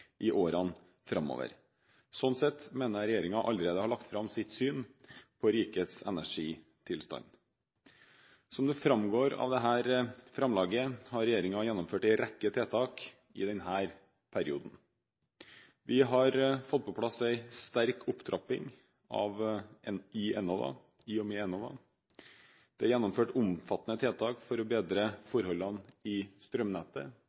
i årene framover. Sånn sett mener jeg at regjeringen allerede har lagt fram sitt syn på rikets energitilstand. Som det framgår av dette vedlegget, har regjeringen gjennomført en rekke tiltak i denne perioden. Vi har fått på plass en sterk opptrapping i Enova. Det er gjennomført omfattende tiltak for å bedre forholdene i strømnettet;